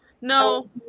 No